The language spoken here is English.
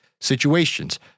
situations